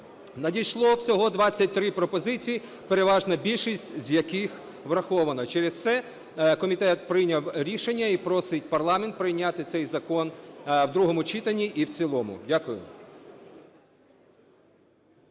надійшло всього 23 пропозиції, переважна більшість з яких врахована, через це комітет прийняв рішення і просить парламент прийняти цей закон в другому читанні і в цілому. Дякую.